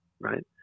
right